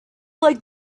like